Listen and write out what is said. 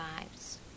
lives